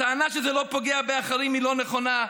הטענה שזה לא פוגע באחרים היא לא נכונה,